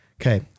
Okay